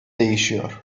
değişiyor